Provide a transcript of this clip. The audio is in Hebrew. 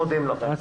"4.